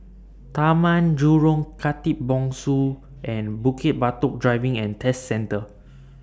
Taman Jurong Park Khatib Bongsu and Bukit Batok Driving and Test Centre